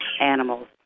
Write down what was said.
animals